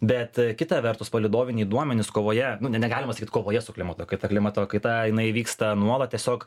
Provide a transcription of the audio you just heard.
bet kita vertus palydoviniai duomenys kovoje nu ne negalima sakyt kovoje su klimato kaita klimato kaita jinai vyksta nuolat tiesiog